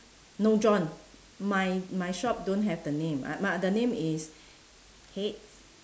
no john my my shop don't have the name my my the name is heads